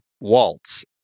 Waltz